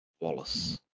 Wallace